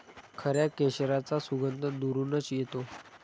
खऱ्या केशराचा सुगंध दुरूनच येतो